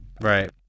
Right